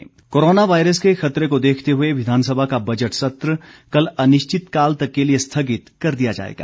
budget सत्र corona virus के खतरे को देखते हुए विधानसभा का बजट सत्र कल अनिश्चित काल तक के लिए स्थगित कर दिया जाएगा